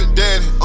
daddy